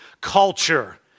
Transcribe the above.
culture